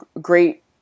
great